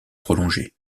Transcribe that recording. prolongé